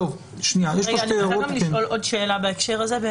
אני רוצה לשאול עוד שאלה בהקשר הזה.